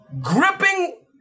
gripping